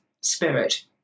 spirit